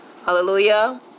Hallelujah